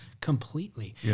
Completely